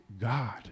god